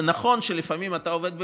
זה נכון שלפעמים אתה עובד במסגרת,